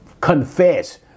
confess